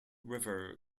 river